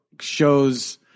shows